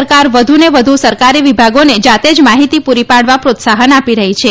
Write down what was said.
સરકાર વધુને વધુ સરકારી વિભાગોને જાતે જ માહિતી પૂરી પાડવા પ્રોત્સાહન આપી રહી છે